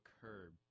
curb